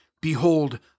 behold